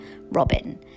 Robin